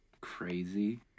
crazy